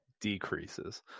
decreases